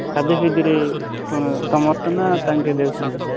ଶାଦୀ ଫୀଦୀରେ କ'ଣ ତୁମର ତ ନା ତାଙ୍କେ ଦେଉଛନ୍ତି